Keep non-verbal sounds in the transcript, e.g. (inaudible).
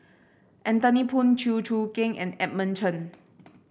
Anthony Poon Chew Choo Keng and Edmund Chen (noise)